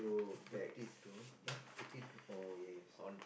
a potato !what! potato oh yes